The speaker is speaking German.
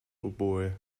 oboe